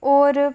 होर